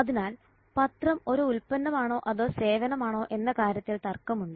അതിനാൽ പത്രം ഒരു ഉൽപന്നമാണോ അതോ സേവനമാണോ എന്ന കാര്യത്തിൽ തർക്കമുണ്ട്